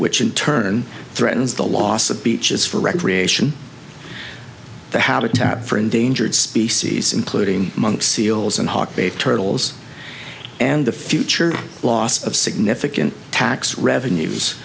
which in turn threatens the loss of beaches for recreation the habitat for endangered species including monk seals and hawk bait turtles and the future loss of significant tax revenues